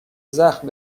زخم